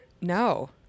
No